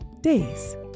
Days